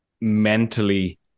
mentally